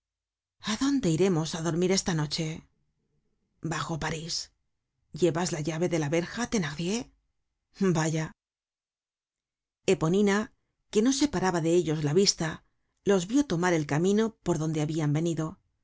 a dónde iremos á dormir esta noche bajo parís llevas la llave de la verja thenardier vaya eponina que no separaba de ellos la vista los vió tomar el camino por donde habian venido